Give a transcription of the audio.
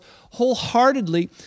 wholeheartedly